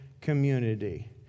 community